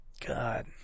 God